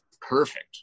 perfect